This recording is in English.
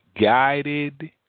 guided